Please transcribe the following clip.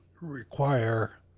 require